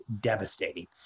devastating